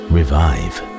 Revive